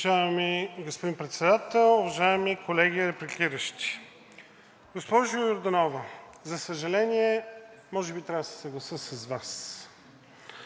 Уважаеми господин Председател, уважаеми колеги репликиращи! Госпожо Йорданова, за съжаление, може би трябва да се съглася с Вас.